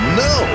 no